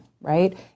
right